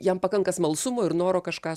jam pakanka smalsumo ir noro kažką